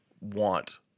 want